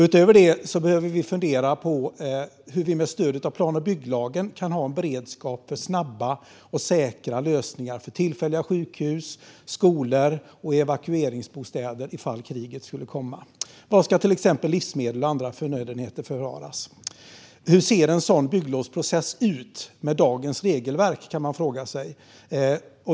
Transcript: Utöver detta behöver vi fundera på hur vi med stöd av plan och bygglagen kan ha en beredskap för snabba och säkra lösningar för tillfälliga sjukhus, skolor och evakueringsbostäder ifall kriget skulle komma. Var ska till exempel livsmedel och andra förnödenheter förvaras? Man kan fråga sig: Hur ser en sådan bygglovsprocess ut med dagens regelverk?